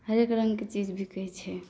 हरेक रङ्गके चीज बिकै छै